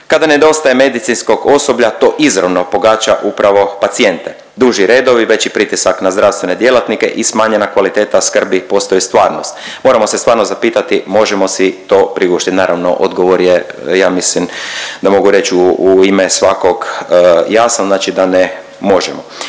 kada nedostaje medicinskog osoblja to izravno pogađa upravo pacijente. Duži redovi veći pritisak na zdravstvene djelatnike i smanjena kvaliteta skrbi postaju stvarnost. Moramo se stvarno zapitati možemo si to priuštit? Naravno odgovor je ja mislim da mogu reć u ime svakog jasan, znači da ne možemo.